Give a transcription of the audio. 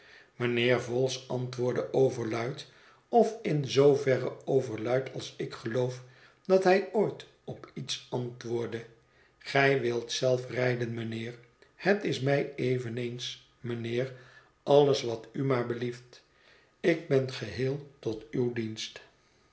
mijnheer vholes antwoordde over luid of in zooverre overluid als ik geloof dat hij ooit op iets antwoordde gij wilt zelf rijden mijnheer het is mij eveneens mijnheer alles wat u maar belieft ik ben geheel tot uw dienst